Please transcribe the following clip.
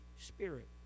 Spirit